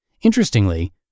Interestingly